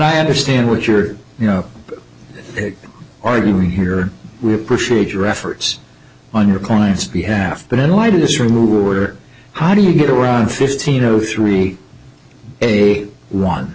i understand what you're you know arguing here we appreciate your efforts on your client's behalf but in light of this remove order how do you get around fifteen zero three a run